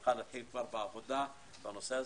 נוכל להתחיל בעבודה בנושא.